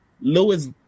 Lewis